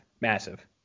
massive